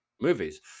movies